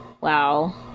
Wow